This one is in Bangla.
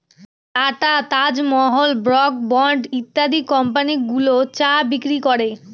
tata, Taj Mahal, Brooke Bond ইত্যাদি কোম্পানি গুলো চা বিক্রি করে